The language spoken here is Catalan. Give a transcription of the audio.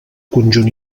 conjunt